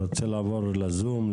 רוצה לעבור לזום,